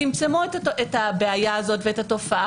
צמצמו את הבעיה הזאת ואת התופעה.